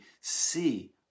see